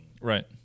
Right